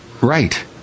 Right